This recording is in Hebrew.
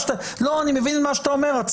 אני מבין מה שאתה אומר,